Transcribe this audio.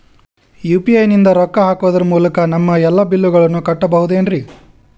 UPI ನಿಂದ ರೊಕ್ಕ ಹಾಕೋದರ ಮೂಲಕ ನಮ್ಮ ಎಲ್ಲ ಬಿಲ್ಲುಗಳನ್ನ ಕಟ್ಟಬಹುದೇನ್ರಿ?